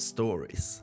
Stories